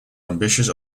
ambitious